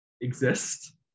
exist